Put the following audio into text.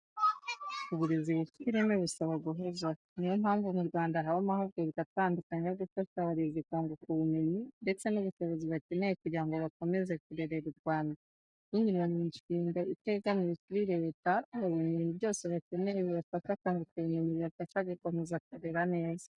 Uburezi bufite ireme busaba guhozaho. Ni yo mpamvu mu Rwanda haba amahugurwa atandukanye yo gufasha abarezi kunguka ubumenyi ndetse n'ubushobozi bakenekeye kugira ngo bakomeze kurerera u Rwanda. Binyuriye mu mishinga itegamiye kuri leta babona ibintu byose bakeneye bibafasha kunguka ubumenyi bubafasha gukomeza kurera neza.